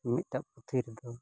ᱢᱤᱫᱴᱟᱝ ᱯᱩᱛᱷᱤ ᱨᱮᱫᱚ